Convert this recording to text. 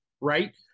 right